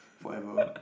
forever